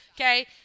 Okay